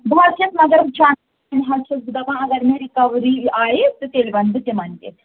بہٕ حظ چھَس مگر وٕچھان تِم حظ چھَس بہٕ دَپان اگر مےٚ رِکَوری آیہِ تہٕ تیٚلہِ وَنہٕ بہٕ تِمَن تہِ